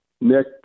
Nick